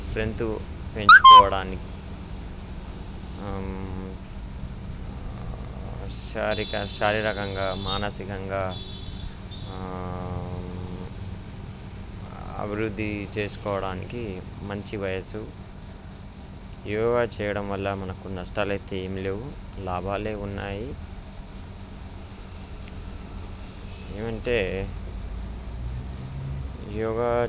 strength పెంచుకోవడానికి శారీక శారీరకంగా మానసికంగా అభివృద్ధి చేసుకోవడానికి మంచి వయసు యోగా చేయడం వల్ల మనకు నష్టాలు అయితే ఏమి లేవు లాభాలు ఉన్నాయి ఏంటంటే యోగా